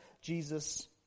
Jesus